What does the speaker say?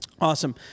awesome